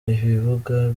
ibibuga